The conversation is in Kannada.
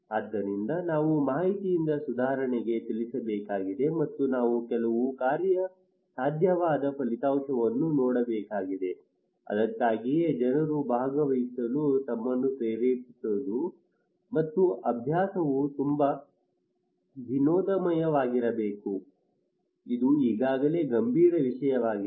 ಆದ್ದರಿಂದ ನಾವು ಮಾಹಿತಿಯಿಂದ ಸುಧಾರಣೆಗೆ ಚಲಿಸಬೇಕಾಗಿದೆ ಮತ್ತು ನಾವು ಕೆಲವು ಕಾರ್ಯಸಾಧ್ಯವಾದ ಫಲಿತಾಂಶವನ್ನು ನೋಡಬೇಕಾಗಿದೆ ಅದಕ್ಕಾಗಿಯೇ ಜನರು ಭಾಗವಹಿಸಲು ತಮ್ಮನ್ನು ಪ್ರೇರೇಪಿಸಬಹುದು ಮತ್ತು ಅಭ್ಯಾಸವು ತುಂಬಾ ವಿನೋದಮಯವಾಗಿರಬೇಕು ಇದು ಈಗಾಗಲೇ ಗಂಭೀರ ವಿಷಯವಾಗಿದೆ